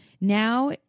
now